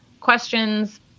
questions